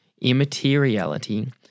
immateriality